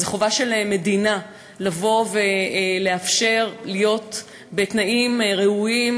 זו חובה של מדינה לבוא ולאפשר להיות בתנאים ראויים,